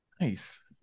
Nice